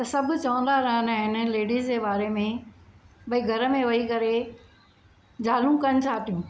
त सभु चवंदा रहंदा आहिनि लेडीज़ जे बारे में भई घर में वेही करे ज़ालूं कनि छा थियूं